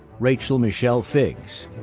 rachael michelle figgs.